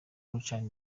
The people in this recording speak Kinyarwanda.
gucana